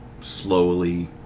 slowly